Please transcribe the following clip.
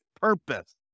purpose